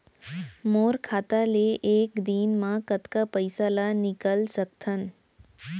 मोर खाता ले एक दिन म कतका पइसा ल निकल सकथन?